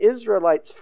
Israelites